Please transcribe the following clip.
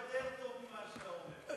אולי יותר טוב ממה שאתה אומר.